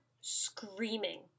screaming